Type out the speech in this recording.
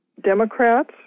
Democrats